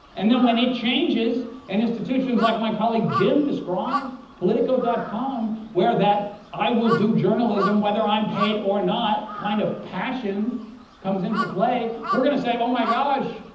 and then when it changes and institutions like my colleague jim describes, politico. com where that i will do journalism whether i'm paid or not kind of passion comes into play we're going to say, oh, my gosh,